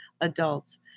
adults